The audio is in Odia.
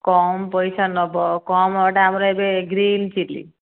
କମ୍ ପଇସା ନେବ କମ୍ ଏହିଟା ଆମର ଏବେ ଗ୍ରୀନ ଚିଲ୍ଲି